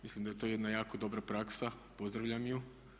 Mislim da je to jedna jako dobra praksa, pozdravljam ju.